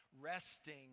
resting